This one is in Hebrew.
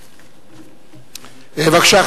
בבקשה,